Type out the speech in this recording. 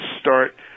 start